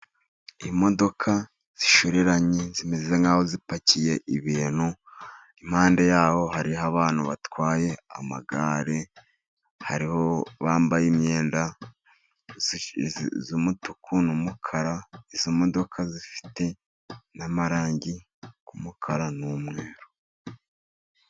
Imodoka zishoreranye zimeze nk'aho zipakiye ibintu. Impande yaho hariho abantu batwaye amagare bambaye imyenda y'umutuku n'umukara. Izo modoka zifite n'amarangi y'umukara n'umweru.